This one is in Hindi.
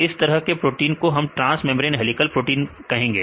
तो इस तरह के प्रोटीन को हम ट्रांस मेंब्रेन हेलिकल प्रोटीन कहते हैं